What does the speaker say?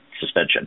suspension